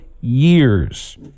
years